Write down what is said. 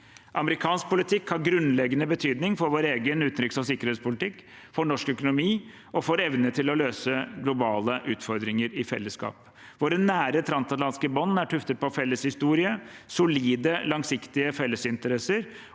Amerikansk politikk har grunnleggende betydning for vår egen utenriks- og sikkerhetspolitikk, for norsk økonomi og for vår evne til å løse globale utfordringer i felleskap. Våre nære transatlantiske bånd er tuftet på felles historie, solide langsiktige fellesinteresser